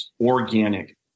organic